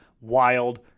Wild